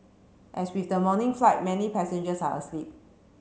as with the morning flight many passengers are asleep